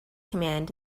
command